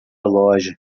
loja